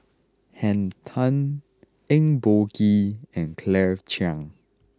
Henn Tan Eng Boh Kee and Claire Chiang